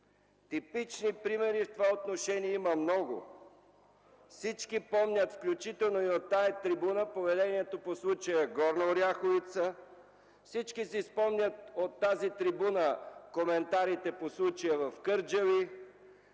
Типични примери в това отношение има много. Всички помнят, включително и от тази трибуна, поведението по случая в Горна Оряховица, всички си спомнят коментарите от тази трибуна по случая в Кърджали,